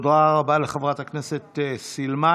תודה רבה לחברת הכנסת סילמן.